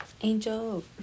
Angel